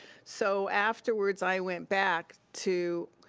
so afterwards, i went back to,